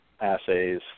assays